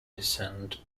descent